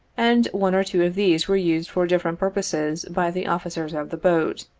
and one or two of these were used for different purposes by the officers of the boat,